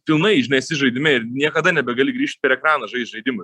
pilnai žinai esi žaidime ir niekada nebegali grįžt prie ekrano žaist žaidimų